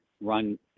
run